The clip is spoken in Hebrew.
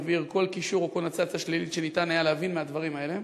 אבהיר: כל קישור או קונוטציה שלילית שניתן היה להבין מהדברים האלה,